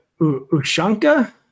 Ushanka